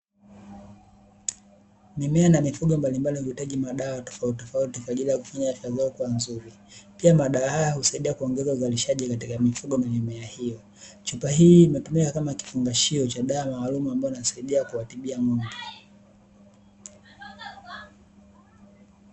Mimea na mifugo mbalimbali huitaji madawa tofauti tofauti kwaajili ya kufanya afya zao kuwa nzuri. Pia madawa haya husaidia kuongeza uzalishaji katika mifugo na mimea hiyo. Chupa hii imetumika kama kifungashio cha dawa maalum ambayo inasaidia kuwatibia mbwa.